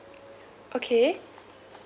okay